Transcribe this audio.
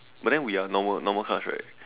but then we are normal normal class right